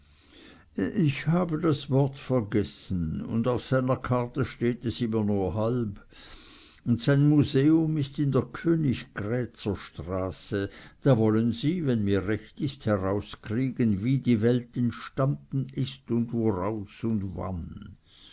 ich habe das wort vergessen und auf seiner karte steht es immer nur halb und sein museum ist in der königgrätzer straße da wollen sie wenn mir recht ist herauskriegen wie die welt entstanden ist und woraus und wann